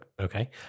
Okay